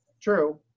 True